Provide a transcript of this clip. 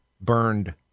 burned